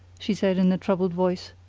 she said in a troubled voice.